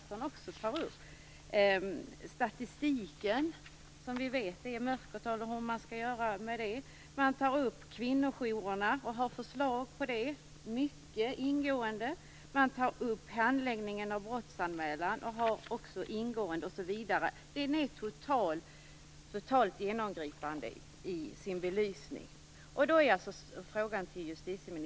Det gäller statistiken och mörkertalen och hur man skall göra i det avseendet. Vidare tas frågan om kvinnojourerna upp. Där finns det mycket ingående förslag. Man tar också upp frågan om handläggningen av brottsanmälan osv. Det är en totalt genomgripande belysning. Men, justitieministern, när kommer propositionen?